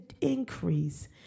increase